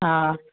हा